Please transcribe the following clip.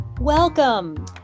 Welcome